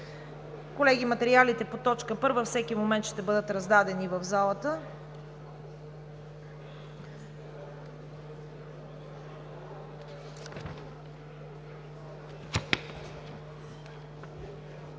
Колеги, материалите по точка първа всеки момент ще бъдат раздадени в залата.